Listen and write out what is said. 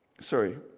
Sorry